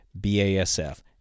BASF